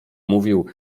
mówił